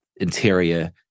interior